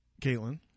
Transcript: Caitlin